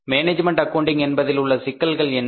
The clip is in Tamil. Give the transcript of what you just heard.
மேனேஜ்மென்ட் அக்கவுண்டிங் என்பதில் உள்ள சிக்கல்கள் என்ன